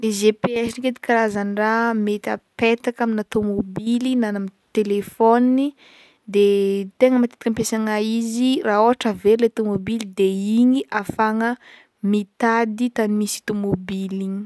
Le GPS ndraiky edy karazandraha mety apetaka amina tômobily na am- telefony de tegna matetiky ampiasagna izy raha ôhatra very le tomoboly de igny ahafahana mitady tany misy i tomobily igny.